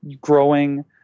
growing